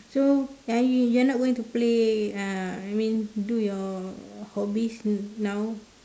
so are you you're not going to play uh I mean do your hobbies now